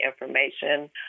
information